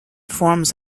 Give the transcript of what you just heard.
forms